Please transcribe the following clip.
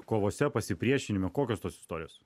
kovose pasipriešinime kokios tos istorijos